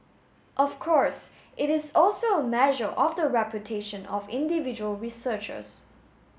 of course it is also a measure of the reputation of individual researchers